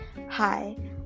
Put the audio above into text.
Hi